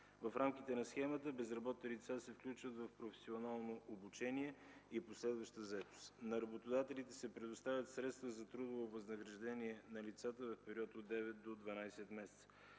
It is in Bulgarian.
В рамките на схемата безработните лица се включват в професионално обучение и последваща заетост. На работодателите се предоставят средства за трудово възнаграждение на лицата в период от 9 до 12 месеца.